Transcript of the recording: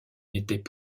n’étaient